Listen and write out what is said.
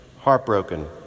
heartbroken